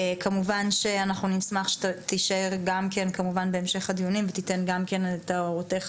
כמובן שנשמח שתישאר גם כן בהמשך הדיונים ותיתן את הערותייך